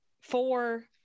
Four